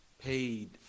paid